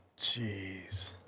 Jeez